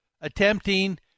attempting